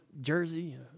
jersey